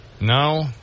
No